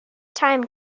time